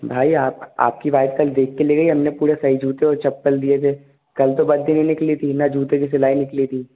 भाई आप आपकी वाइफ़ कल देख कर ले गई हमने पूरा सही जूते चप्पल दिए थे कल तो बाटी नहीं निकली थी ना जूते की सिलाई निकली थी